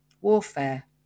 Warfare